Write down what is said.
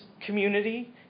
community